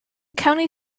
county